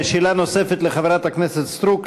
שאלה נוספת לחברת הכנסת סטרוק.